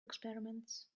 experiments